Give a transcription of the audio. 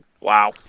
wow